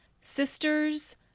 sisters